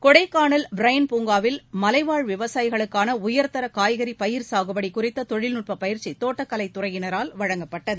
Kodaikanal Bryant பூங்காவில் மலைவாழ் விவசாயிகளுக்கான உயர்தர காய்கறி பயிர் சாகுபடி குறித்த தொழில்நட்பப் பயிற்சி தோட்டக்கலைத்துறையால் வழங்கப்பட்டது